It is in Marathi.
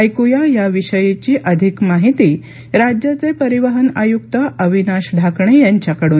ऐक्या या विषयीची अधिक माहिती राज्याचे परिवहन आयुक्त अविनाश ढाकणे यांच्याकडून